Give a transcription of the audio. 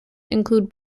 includes